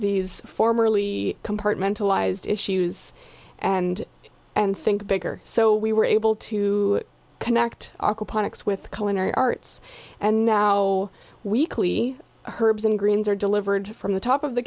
these formerly compartmentalized issues and and think bigger so we were able to connect with cullen arts and now weekly herb's and greens are delivered from the top of the